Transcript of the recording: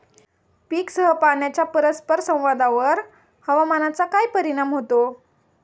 पीकसह पाण्याच्या परस्पर संवादावर हवामानाचा काय परिणाम होतो?